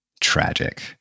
tragic